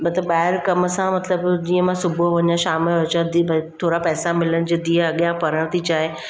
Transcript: मतिलबु ॿाहिरि कम सां मतिलबु जीअं मां सुबुहु वञा शाम जो अचा थोरा पैसा मिलनि जीअं धीउ अॻियां पढ़ण थी चाहे